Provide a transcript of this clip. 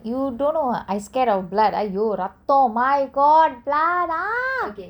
you don't know I scared of blood !aiyo! ரெத்தோ:reththo my god blood ah